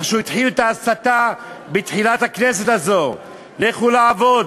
איך שהוא התחיל את ההסתה בתחילת הכנסת הזאת: "לכו לעבוד",